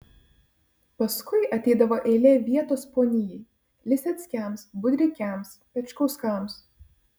paskui ateidavo eilė vietos ponijai liseckiams budrikiams pečkauskams